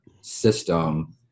system